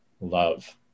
love